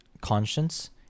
conscience